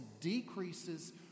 decreases